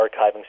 archiving